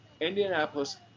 Indianapolis